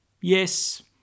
Yes